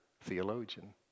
theologian